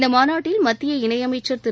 இந்த மாநாட்டில் மத்திய இணையமைச்சர் திரு